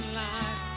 life